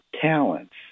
talents